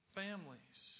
families